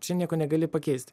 čia nieko negali pakeist